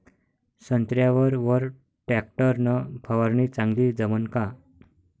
संत्र्यावर वर टॅक्टर न फवारनी चांगली जमन का?